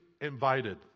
invited